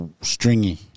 stringy